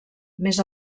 més